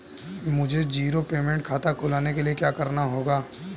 मुझे zero payment खाता खुलवाने के लिए क्या करना होगा?